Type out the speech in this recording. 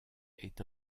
est